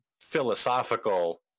philosophical